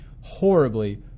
horribly